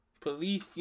police